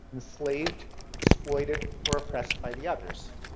enslaved, exploited or oppressed by the others.